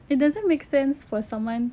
it doesn't makes sense for someone